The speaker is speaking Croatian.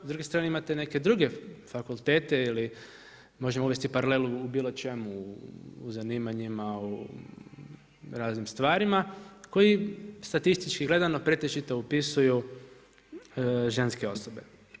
S druge strane imate neke druge fakultete ili možemo uvesti paralelu u bilo čemu u zanimanjima, u raznim stvarima koji statistički gledano pretežito upisuju ženske osobe.